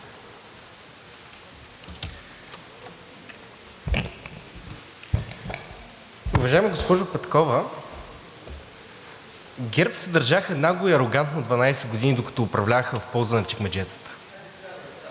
Уважаема госпожо Петкова, ГЕРБ се държаха нагло и арогантно 12 години, докато управляваха в полза на чекмеджетата.